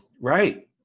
Right